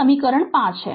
तो यह समीकरण 5 है